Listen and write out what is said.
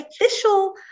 official